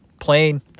Plain